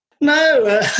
No